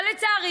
אבל לצערי,